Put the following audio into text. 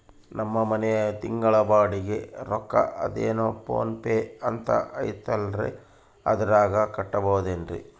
ನಮ್ಮ ಮನೆಯ ತಿಂಗಳ ಬಾಡಿಗೆ ರೊಕ್ಕ ಅದೇನೋ ಪೋನ್ ಪೇ ಅಂತಾ ಐತಲ್ರೇ ಅದರಾಗ ಕಟ್ಟಬಹುದೇನ್ರಿ?